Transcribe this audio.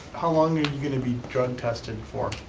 how long are you gonna be drug-tested for?